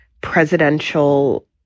presidential